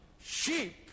sheep